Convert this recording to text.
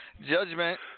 Judgment